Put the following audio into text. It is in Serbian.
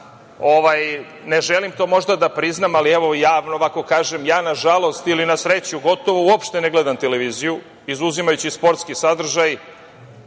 ne želim to možda da priznam, ali, evo, javno ovako kažem - ja, nažalost ili na sreću, gotovo uopšte ne gledam televiziju, izuzimajući sportski sadržaj